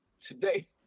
today